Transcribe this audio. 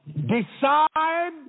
Decide